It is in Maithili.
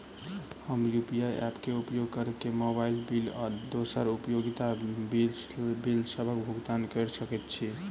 हम यू.पी.आई ऐप क उपयोग करके मोबाइल बिल आ दोसर उपयोगिता बिलसबक भुगतान कर सकइत छि